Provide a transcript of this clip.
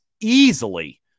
easily